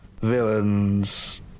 villains